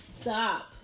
Stop